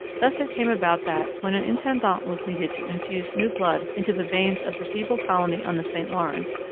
thus it came about that, when an intendant was needed to infuse new blood into the veins of the feeble colony on the st lawrence,